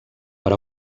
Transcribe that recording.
per